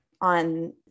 on